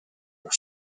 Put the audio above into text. were